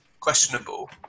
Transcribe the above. questionable